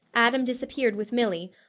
adam disappeared with milly,